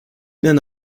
nenne